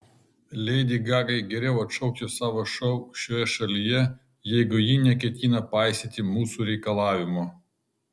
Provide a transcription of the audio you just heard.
leidi gagai geriau atšaukti savo šou šioje šalyje jeigu ji neketina paisyti mūsų reikalavimo